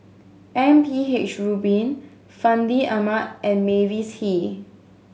M P H Rubin Fandi Ahmad and Mavis Hee